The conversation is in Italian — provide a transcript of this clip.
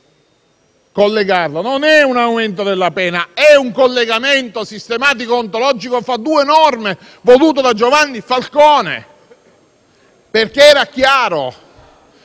fondamentale. Non è un aumento della pena, ma un collegamento sistematico e ontologico fra due norme, voluto da Giovanni Falcone, perché era chiaro